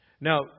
Now